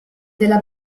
della